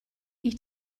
wyt